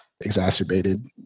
exacerbated